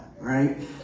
right